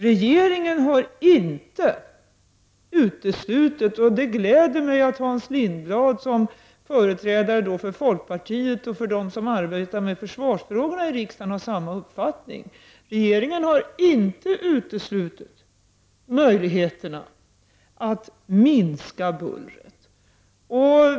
Regeringen har inte uteslutit — det gläder mig att Hans Lindblad som företrädare för folkpartiet och för dem som arbetar med försvarsfrågorna i riksdagen har samma uppfattning — möjligheterna att minska bullret.